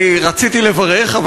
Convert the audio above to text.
רציתי לברך,